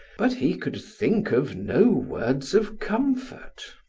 but he could think of no words of comfort.